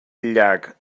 llac